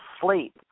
sleep